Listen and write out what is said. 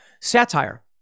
satire